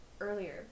earlier